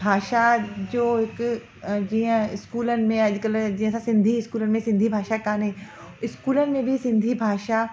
भाषा जो हिकु जीअं स्कूलनि में अॼु कल्ह जीअं असां सिंधी स्कूलनि में सिंधी भाषा काने स्कूलनि में बि सिंधी भाषा